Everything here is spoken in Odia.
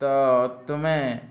ତ ତୁମେ